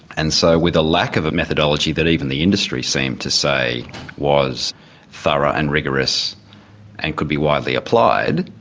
and so with a lack of a methodology that even the industry seem to say was thorough and rigorous and could be widely applied,